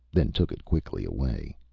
then took it quickly away.